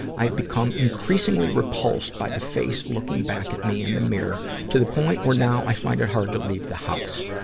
i'd become increasingly repulsed by the face looking back at me in the mirror, to the point when now i find it hard to leave the house.